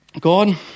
God